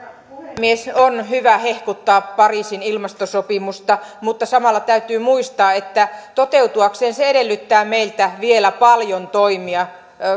puhemies on hyvä hehkuttaa pariisin ilmastosopimusta mutta samalla täytyy muistaa että toteutuakseen se edellyttää meiltä vielä paljon toimia